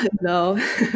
no